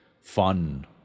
fun